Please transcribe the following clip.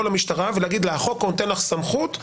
למשטרה ולהגיד לה: החוק נותן לך סמכות,